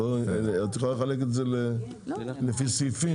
את צריכה לחלק את זה לפי סעיפים?